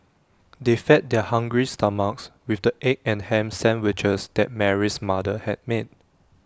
they fed their hungry stomachs with the egg and Ham Sandwiches that Mary's mother had made